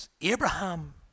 Abraham